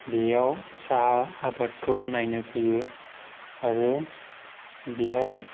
बेयाव साहा आबादखौ नायनो फैयो आरो बेवहाय